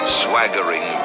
swaggering